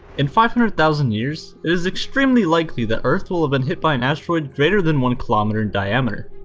in five hundred thousand years, it is extremely likely the earth will have been hit by an asteroid greater than one kilometer in diameter.